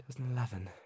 2011